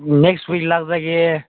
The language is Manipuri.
ꯅꯦꯛꯁ ꯋꯤꯛ ꯂꯥꯛꯆꯒꯦ